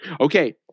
Okay